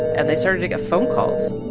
and they started to get phone calls